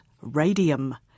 radium